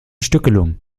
stückelung